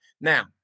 now